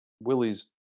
willie's